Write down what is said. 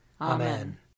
Amen